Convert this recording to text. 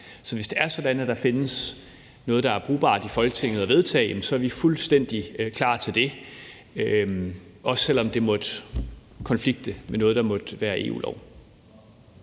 Så hvis det er sådan, at der findes noget, der er brugbart i Folketinget at vedtage, så er vi fuldstændig klar til det, også selv om det måtte konflikte med noget, der måtte være EU-lov.